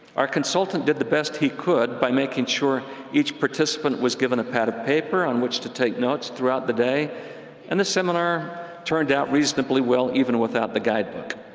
our consultant did the best he could by making sure each participant was given a pad of paper on which to take notes throughout the day and the seminar turned out reasonably well even without the guidebook.